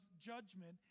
judgment